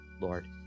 Lord